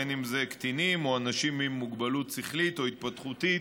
בין שזה קטינים ובין שזה אנשים עם מוגבלות שכלית או התפתחותית